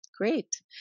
Great